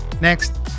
Next